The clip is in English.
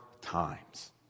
times